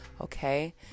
Okay